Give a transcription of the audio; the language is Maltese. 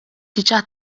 diġà